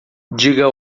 diga